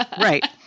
right